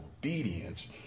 obedience